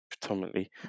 predominantly